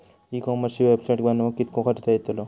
E कॉमर्सची website बनवक किततो खर्च येतलो?